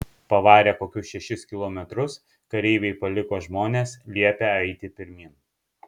pavarę kokius šešis kilometrus kareiviai paliko žmones liepę eiti pirmyn